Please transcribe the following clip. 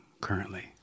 currently